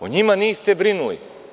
O njima niste brinuli.